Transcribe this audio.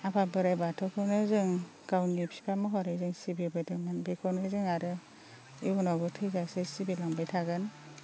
आफा बोराइ बाथौखौनो जों गावनि बिफा महरै जों सिबिबोदों जों बेखौनो जों आरो जिबनावबो थैजासे सिबिलांबाय थागोन